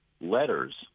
letters